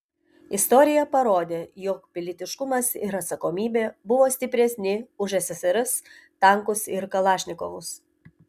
istorija parodė jog pilietiškumas ir atsakomybė buvo stipresni už ssrs tankus ir kalašnikovus